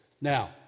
Now